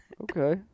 Okay